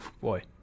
boy